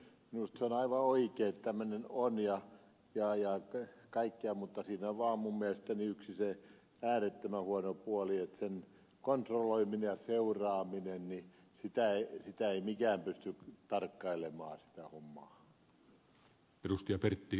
minusta se on aivan oikein että tämmöinen on mutta siinä on vaan minun mielestäni yksi äärettömän huono puoli sen kontrolloiminen ja seuraaminen ei mikään pysty tarkkailemaan sitä hommaa